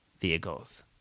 vehicles